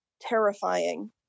terrifying